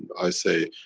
i say,